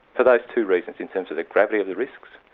for those two reasons in terms of the gravity of the risks,